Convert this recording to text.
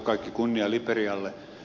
kaikki kunnia liberialle